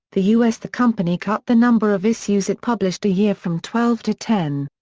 the us the company cut the number of issues it published a year from twelve to ten.